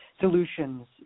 solutions